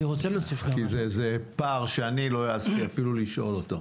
זה פער שאני אפילו לא העזתי לשאול אותו.